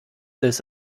this